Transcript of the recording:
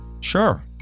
Sure